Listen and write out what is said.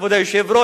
כבוד היושב-ראש,